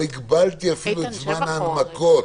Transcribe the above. לא הגבלתי אפילו את זמן ההנמקות.